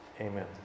amen